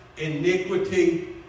iniquity